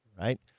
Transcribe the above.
right